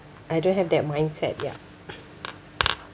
I don't have that mindset ya